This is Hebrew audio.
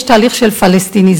יש תהליך של פלסטיניזציה,